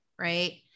Right